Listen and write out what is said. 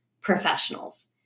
professionals